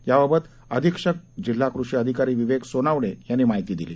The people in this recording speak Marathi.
याबाबत अधीक्षकजिल्हाकृषीअधिकारीविवेकसोनवणे यांनी माहिती दिली